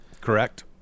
Correct